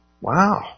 Wow